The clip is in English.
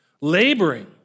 laboring